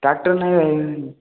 tractor ନାଇଁ ଭାଇ